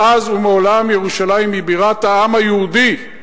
מאז ומעולם ירושלים היא בירת העם היהודי,